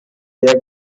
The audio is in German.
der